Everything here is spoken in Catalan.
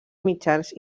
mitjans